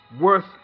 worth